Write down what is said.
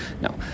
No